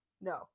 no